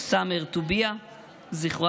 סמר טוביא ז"ל,